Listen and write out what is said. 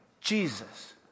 Jesus